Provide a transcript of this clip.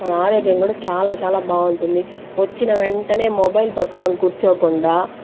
మన ఆరోగ్యం కూడా చాలా చాలా బాగుంటుంది వచ్చిన వెంటనే మొబైల్ పట్టుకొని కూర్చోకుండా